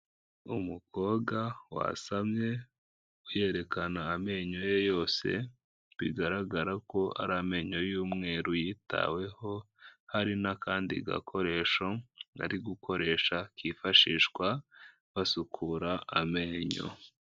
Umukobwa wasamye yerekana amenyo ye yose, bigaragara ko ari amenyo y'umweru yitaweho, hari n'akandi gakoresho arigukoresha kifashishwa basukura amenyo.